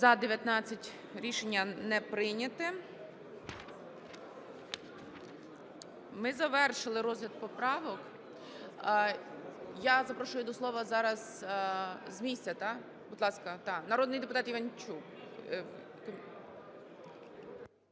За-19 Рішення не прийнято. Ми завершили розгляд поправок. Я запрошую до слова зараз з місця. Будь ласка, народний депутат Іванчук.